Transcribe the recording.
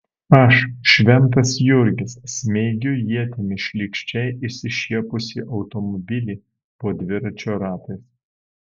aš šventas jurgis smeigiu ietimi šlykščiai išsišiepusį automobilį po dviračio ratais